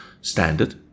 standard